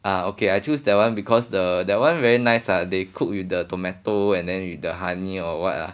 ah okay I choose that one because the that one very nice ah they cooked with the tomato and then with the honey or what